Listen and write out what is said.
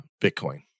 Bitcoin